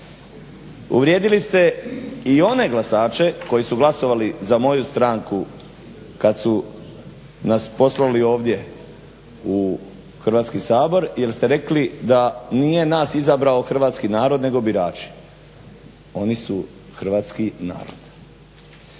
Uvrijedili ste i one glasače koji su glasovali za moju stranku kad su nas poslali ovdje u Hrvatski sabor, jer ste rekli da nije nas izabrao Hrvatski narod nego birači. Oni su Hrvatski narod.